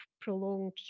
prolonged